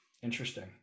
Interesting